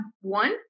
one